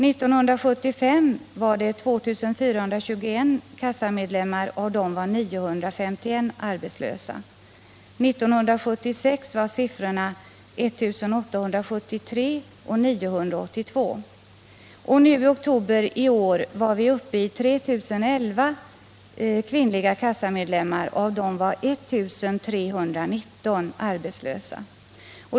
1975 var av 2 421 kvinnliga kassamedlemmar 951 arbetslösa. 1976 var motsvarande siffror 1 873 resp. 982. I oktober i år var vi uppe i 3 011 kvinnliga kassamedlemmar, och av dem var 1319 arbetslösa.